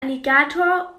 alligator